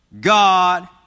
God